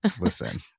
listen